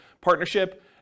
partnership